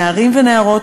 נערים ונערות,